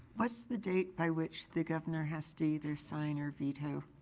what's the date by which the governor has to either sign or veto?